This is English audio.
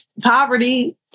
poverty